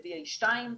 ל-BA.2,